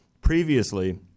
previously